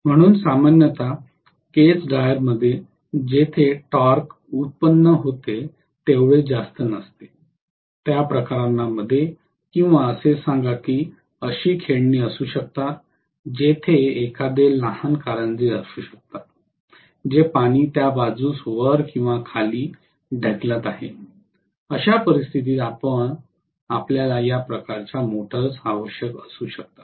म्हणून सामान्यत केस ड्रायरमध्ये जेथे टॉर्क व्युत्पन्न होते तेवढे जास्त नसते त्या प्रकरणांमध्ये किंवा असे सांगा की अशी खेळणी असू शकतात जिथे एखादे लहान कारंजे असू शकतात जे पाणी त्या बाजूस वर किंवा खाली ढकलत आहे अशा परिस्थितीत आपल्याला या प्रकारच्या मोटर्स आवश्यक असू शकतात